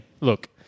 Look